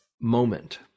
moment